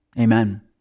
Amen